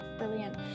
Brilliant